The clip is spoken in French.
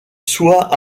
soit